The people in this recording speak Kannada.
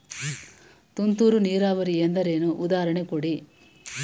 ತುಂತುರು ನೀರಾವರಿ ಎಂದರೇನು, ಉದಾಹರಣೆ ಕೊಡಿ?